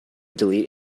delete